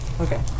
Okay